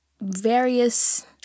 various